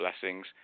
blessings